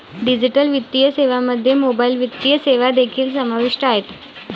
digital वित्तीय सेवांमध्ये mobile वित्तीय सेवा देखील समाविष्ट आहेत